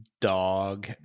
dog